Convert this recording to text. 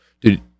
dude